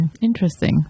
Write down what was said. interesting